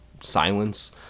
silence